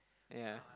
ya